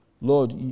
Lord